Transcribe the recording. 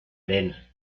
arena